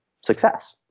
success